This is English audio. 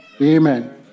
Amen